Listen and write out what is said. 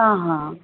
हां हां